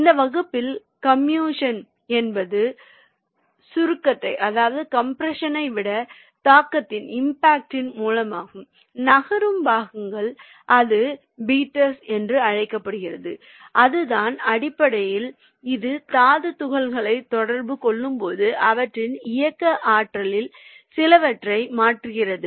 இந்த வகுப்பில் கம்மினியூஷன் என்பது சுருக்கத்தை விட தாக்கத்தின் மூலமாகும் நகரும் பாகங்கள் அது பீட்டர்ஸ் என்று அழைக்கப்படுகிறது அதுதான் அடிப்படையில் இது தாது துகள்களைத் தொடர்பு கொள்ளும்போது அவற்றின் இயக்க ஆற்றலில் சிலவற்றை மாற்றுகிறது